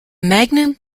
magnum